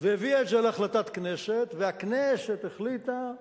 והביאה את זה להחלטת הכנסת, והכנסת החליטה כך,